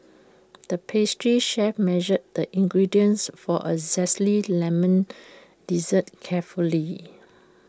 the pastry chef measured the ingredients for A Zesty Lemon Dessert carefully